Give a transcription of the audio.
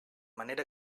manera